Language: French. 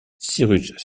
cyrus